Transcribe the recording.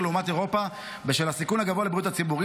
לעומת אירופה בשל הסיכון הגבוה לבריאות הציבור.